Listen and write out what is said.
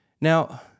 Now